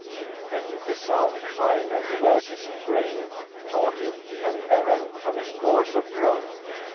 infects the sound pine, and diverts his grain tortive and errant from his course of growth.